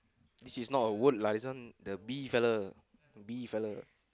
this is not word lah this one the bee fella bee fella